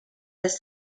his